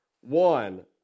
One